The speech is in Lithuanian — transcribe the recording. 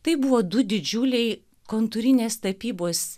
tai buvo du didžiuliai kontūrinės tapybos